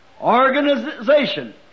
Organization